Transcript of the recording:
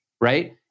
right